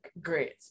great